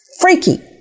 freaky